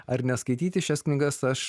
ar neskaityti šias knygas aš